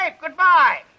Goodbye